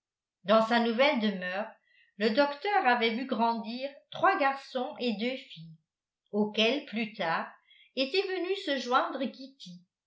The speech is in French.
dans sa nouvelle demeure le docteur avait vu grandir trois garçons et deux filles auxquels plus tard était venue se joindre